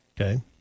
Okay